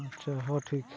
ᱟᱪᱪᱷᱟ ᱦᱚᱸ ᱴᱷᱤᱠ